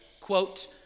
quote